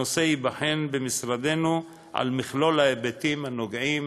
הנושא ייבחן במשרדנו על מכלול ההיבטים הנוגעים